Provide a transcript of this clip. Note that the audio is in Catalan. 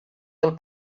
del